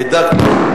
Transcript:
הידקנו.